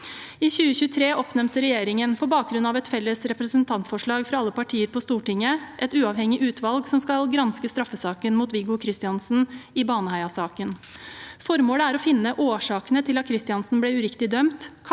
I 2023 oppnevnte regjeringen på bakgrunn av et felles representantforslag fra alle partier på Stortinget et uavhengig utvalg som skal granske straffesaken mot Viggo Kristiansen i Baneheia-saken. Formålet er å finne årsakene til at Kristiansen ble uriktig dømt,